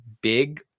big